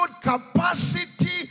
capacity